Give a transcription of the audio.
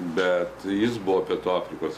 bet jis buvo pietų afrikos